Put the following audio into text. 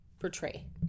portray